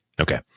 Okay